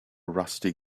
rusty